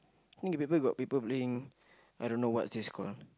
I think your paper you got people playing I don't know what's this called ah